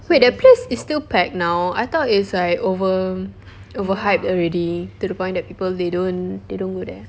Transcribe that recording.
so is that place is still packed now I thought it's like over over hyped already to the point that people they don't they don't go there